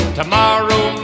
tomorrow